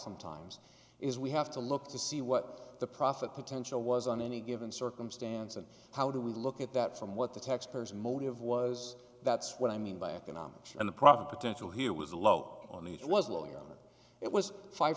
sometimes is we have to look to see what the profit potential was on any given circumstance and how do we look at that from what the tax payers motive was that's what i mean by economics and the profit potential here was low on the it was a lawyer and it was five